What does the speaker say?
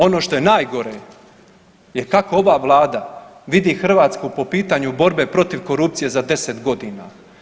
Ono što je najgore je kako ova Vlada vidi Hrvatsku po pitanju borbe protiv korupcije za 10 godina.